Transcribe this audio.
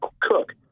Cook